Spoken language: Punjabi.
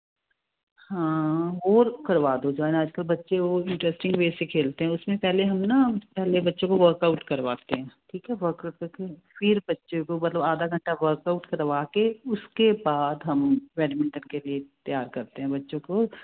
ਹਾਂ ਉਹ ਕਰਵਾ ਦੋ ਜੁਆਇੰਨ ਅੱਜਕਲ ਬੱਚੇ ਉਹ ਇੰਟਰਸਟ ਬੇਸ ਤੇ ਖੇਲਤੇ ਉਸਮੇ ਪਹਿਲੇ ਹੈ ਨਾ ਪਹਿਲੇ ਬੱਚੇ ਕੋ ਵਰਕ ਆਊਟ ਕਰਵਾਤੇ ਠੀਕ ਐ ਵਰਕ ਆਊਟ ਕਰਕੇ ਫਿਰ ਬੱਚੇ ਕੋ ਮਤਲਵ ਆਧਾ ਘੰਟਾ ਵਰਕ ਆਊਟ ਕਰਵਾ ਕੇ ਉਸਕੇ ਬਾਅਦ ਹਮ ਬੈਡਮਿੰਟਨ ਕੇ ਲੀਏ ਤਿਆਰ ਕਰਤੇ ਹੈ ਬੱਚੋਂ ਕੋ